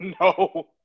no